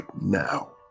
now